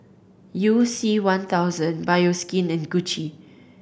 You C One thousand Bioskin and Gucci